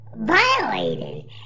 violated